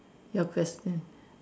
your question